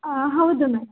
ಹೌದು ಮ್ಯಾಮ್